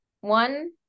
one